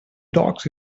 dogs